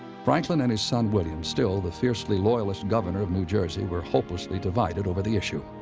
franklin and his son william, still the fiercely loyalist governor of new jersey, were hopelessly divided over the issue.